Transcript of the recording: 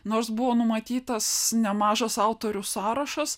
nors buvo numatytas nemažas autorių sąrašas